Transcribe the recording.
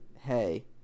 hey